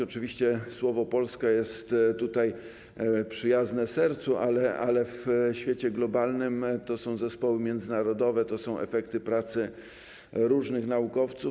Oczywiście słowo „polska” jest tutaj przyjazne sercu, ale w świecie globalnym to są zespoły międzynarodowe, to są efekty pracy różnych naukowców.